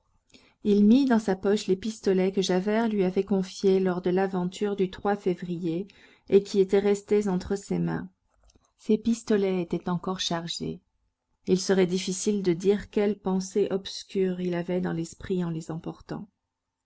il mit dans sa poche les pistolets que javert lui avait confiés lors de l'aventure du février et qui étaient restés entre ses mains ces pistolets étaient encore chargés il serait difficile de dire quelle pensée obscure il avait dans l'esprit en les emportant